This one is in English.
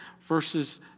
verses